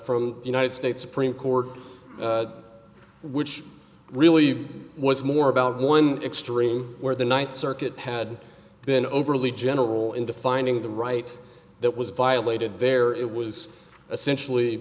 from the united states supreme court which really was more about one extreme where the ninth circuit had been overly general in defining the right that was violated there it was essentially